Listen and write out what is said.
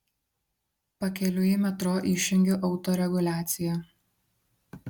pakeliui į metro išjungiu autoreguliaciją